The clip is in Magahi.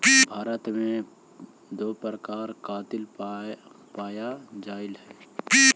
भारत में दो प्रकार कातिल पाया जाईल हई